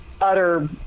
utter